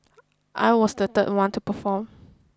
I was the third one to perform